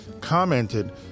commented